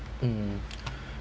mm